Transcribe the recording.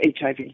HIV